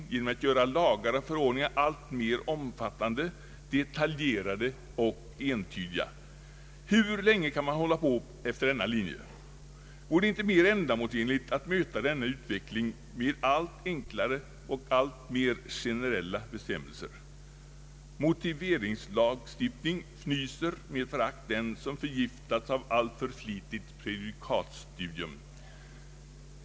förslag till fastighetsbildningslag nom att göra lagar och förordningar alltmer omfattande, detaljerade och entydiga. Hur länge kan man hålla på efter denna linje? Vore det inte mer ändamålsenligt att möta denna utveckling med allt enklare och alltmer generella bestämmelser. ”Motiveringslagstiftning” fnyser med förakt den, som förgiftats av alltför flitigt prejudikatstudium.